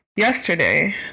yesterday